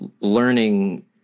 learning